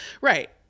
Right